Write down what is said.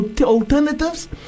alternatives